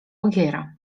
ogiera